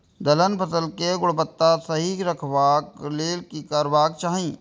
दलहन फसल केय गुणवत्ता सही रखवाक लेल की करबाक चाहि?